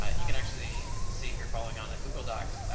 you can actually see, if you're following on the google doc,